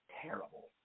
terrible